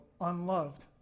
unloved